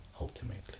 ultimately